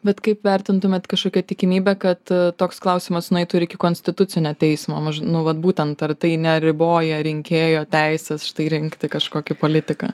bet kaip vertintumėt kažkokią tikimybę kad toks klausimas nueitų ir iki konstitucinio teismo nu vat būtent ar tai neriboja rinkėjo teisės štai rinkti kažkokį politiką